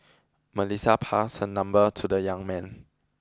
Melissa passed her number to the young man